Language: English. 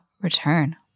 return